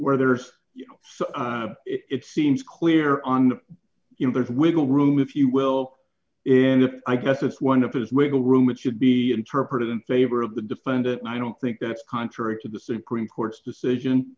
where there's it seems clear on you know there's wiggle room if you will in this i guess it's one of his wiggle room it should be interpreted in favor of the defendant and i don't think that's contrary to the supreme court's decision